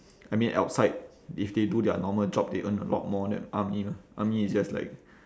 I mean outside if they do their normal job they earn a lot more than army lah army is just like